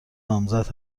نامزد